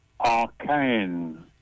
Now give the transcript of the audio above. arcane